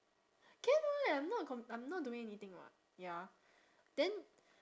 can [what] I'm not com~ I'm not doing anything [what] ya then